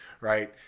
right